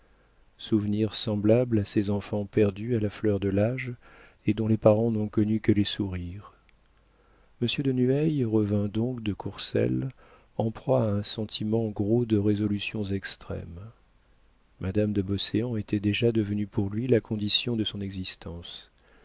souvenirs semblables à ces enfants perdus à la fleur de l'âge et dont les parents n'ont connu que les sourires monsieur de nueil revint donc de courcelles en proie à un sentiment gros de résolutions extrêmes madame de beauséant était déjà devenue pour lui la condition de son existence